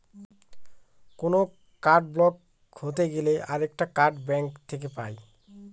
কোনো card block হতে গেলে আরেকটা কার্ড ব্যাঙ্ক থেকে পাই